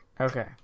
Okay